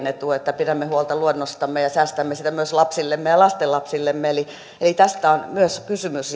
etu että pidämme huolta luonnostamme ja säästämme sitä myös lapsillemme ja lastenlapsillemme eli tästä on myös kysymys